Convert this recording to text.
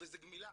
וזה גמילה,